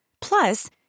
Plus